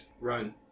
Run